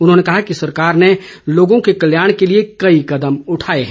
उन्होंने कहा कि सरकार ने लोगों के कल्याण के लिए कई कदम उठाये है